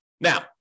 Now